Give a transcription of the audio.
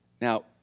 Now